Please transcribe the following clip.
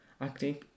acting